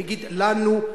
אני אגיד: לנו,